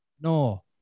No